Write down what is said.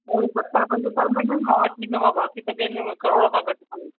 हाणे सतरि पंजहतरि में न मां वठी ॾींदोमांव बाक़ी त जंहिं में करोड़ खां घटि काने